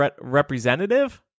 representative